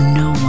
no